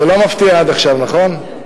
זה לא מפתיע עד עכשיו, נכון?